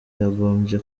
yagombye